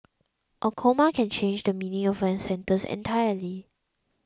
a comma can change the meaning of an sentence entirely